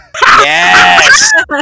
Yes